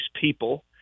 people